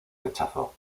rechazó